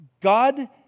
God